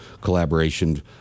collaboration